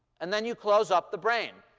and then you close up the brain.